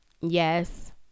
yes